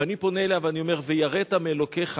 ואני פונה אליה ואני אומר: "ויראת מאלהיך"